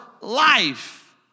life